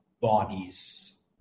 bodies